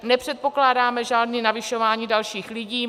Nepředpokládáme žádné navyšování dalších lidí.